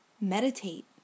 Meditate